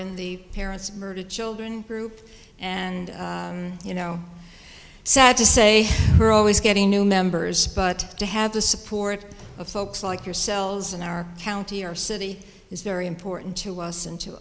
in the parents of murdered children group and you know sad to say we're always getting new members but to have the support of folks like yourselves in our county or city is very important to us